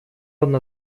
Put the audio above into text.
одна